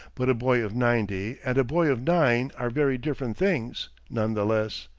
but a boy of ninety and a boy of nine are very different things, none the less.